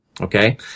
Okay